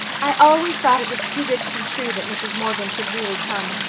i always thought it was too good to be true that mrs. morgan should really come.